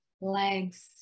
legs